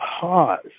pause